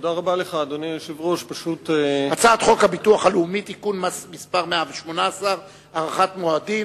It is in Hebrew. שהצעת החוק עברה בקריאה ראשונה ותועבר לוועדת